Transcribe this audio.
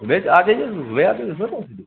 सुबह से आ जाइए सुबह आ जाइए उसमें कौन सी दिक़्क़त है